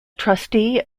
trustee